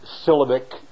syllabic